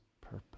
purpose